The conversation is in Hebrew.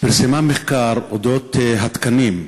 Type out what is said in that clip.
פרסמה מחקר על התקנים,